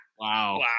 Wow